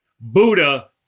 Buddha